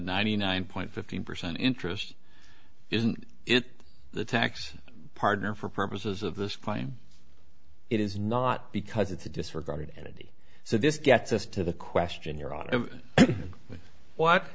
ninety nine point fifteen percent interest isn't it the tax partner for purposes of this claim it is not because it's a disregarded entity so this gets us to the question you're o